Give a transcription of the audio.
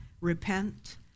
repent